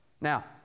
Now